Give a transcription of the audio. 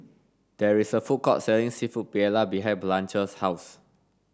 there is a food court selling Seafood Paella behind Blanche's house